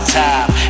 time